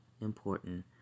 important